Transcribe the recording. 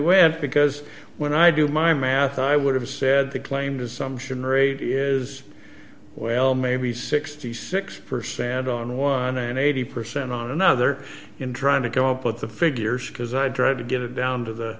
went because when i do my math i would have said the claimed assumption rate is well maybe sixty six percent on one and eighty percent on another in trying to go up with the figures because i dread to get it down to the